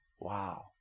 Wow